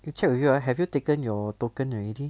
eh check with you ah have you taken your token already